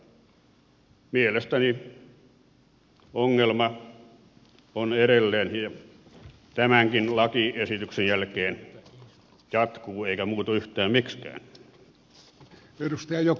mielestäni ongelma edelleen tämänkin lakiesityksen jälkeen jatkuu eikä muutu yhtään miksikään